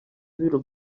w’ibiro